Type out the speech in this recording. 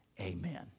Amen